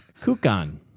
Kukan